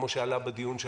כמו שעלה בדיון שלנו,